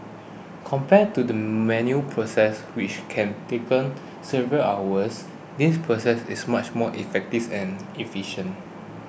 compared to the manual process which can take several hours this process is much more effectives and efficient